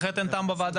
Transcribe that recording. כי אחרת אין טעם בוועדה.